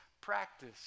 practice